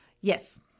Yes